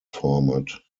format